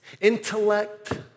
intellect